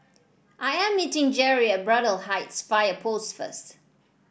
I am meeting Jerrie at Braddell Heights Fire Post first